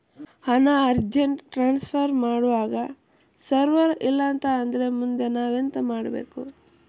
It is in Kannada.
ಹಣ ಅರ್ಜೆಂಟ್ ಟ್ರಾನ್ಸ್ಫರ್ ಮಾಡ್ವಾಗ ಸರ್ವರ್ ಇಲ್ಲಾಂತ ಆದ್ರೆ ಮುಂದೆ ನಾವೆಂತ ಮಾಡ್ಬೇಕು?